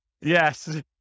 Yes